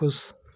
खुश